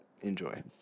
enjoy